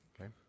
okay